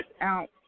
out